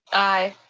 aye.